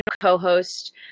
co-host